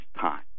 time